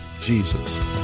Jesus